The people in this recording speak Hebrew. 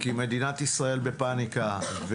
כי מדינת ישראל בפאניקה,